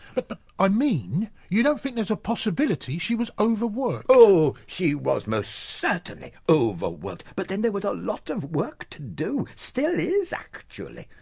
but but i mean, you don't think there's a possibility she was overworked? oh, she was most certainly overworked. but then there was a lot of work to do. still is, actually.